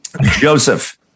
Joseph